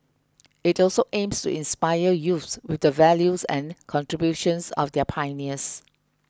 it also aims to inspire youths with the values and contributions of their pioneers